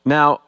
Now